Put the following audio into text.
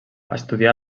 estudià